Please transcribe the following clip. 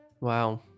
Wow